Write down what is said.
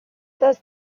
does